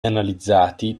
analizzati